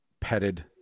petted